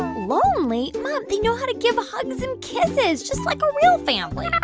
lonely? mom, they know how to give hugs and kisses just like a real family.